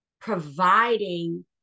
providing